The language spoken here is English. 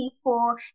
people